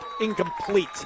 incomplete